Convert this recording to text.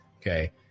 okay